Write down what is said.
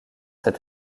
cet